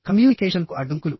కమ్యూనికేషన్కు అడ్డంకులు